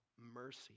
mercy